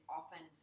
often